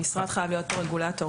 המשרד חייב להיות פה רגולטור.